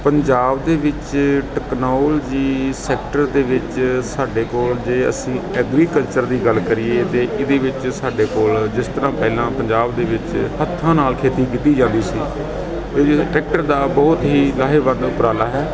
ਪੰਜਾਬ ਦੇ ਵਿੱਚ technology sector ਦੇ ਵਿੱਚ ਸਾਡੇ ਕੋਲ ਜੇ ਅਸੀਂ ਐਗਰੀਕਲਚਰ ਦੀ ਗੱਲ ਕਰੀਏ ਤਾਂ ਇਹਦੇ ਵਿੱਚ ਸਾਡੇ ਕੋਲ ਜਿਸ ਤਰ੍ਹਾਂ ਪਹਿਲਾਂ ਪੰਜਾਬ ਦੇ ਵਿੱਚ ਹੱਥਾਂ ਨਾਲ ਖੇਤੀ ਕੀਤੀ ਜਾਂਦੀ ਸੀ ਇਹ ਜੇ ਟਰੈਕਟਰ ਦਾ ਬਹੁਤ ਹੀ ਲਾਹੇਵੰਦ ਉਪਰਾਲਾ ਹੈ